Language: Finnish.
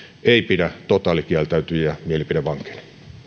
ei pidä totaalikieltäytyjiä mielipidevankeina